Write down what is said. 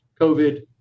covid